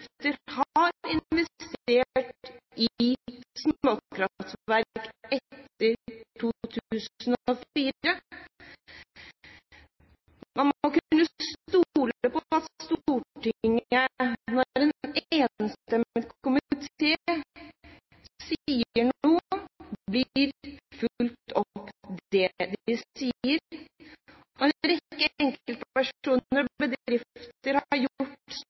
har investert i småkraftverk etter 2004. Man må kunne stole på at det en enstemmig komité på Stortinget sier, blir fulgt opp. En rekke enkeltpersoner og bedrifter har gjort